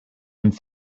und